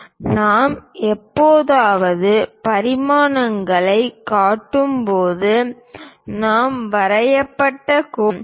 நாம் எப்போதாவது பரிமாணங்களைக் காட்டும்போது நாம் வரையப்பட்ட கோடுகளை எழுதுகிறோம்